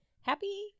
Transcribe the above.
happy